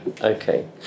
okay